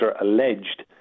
alleged